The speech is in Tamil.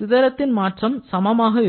சிதறத்தின் மாற்றம் சமமாக இருக்கும்